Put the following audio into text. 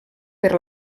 per